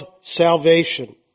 salvation